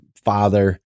father